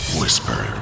whisper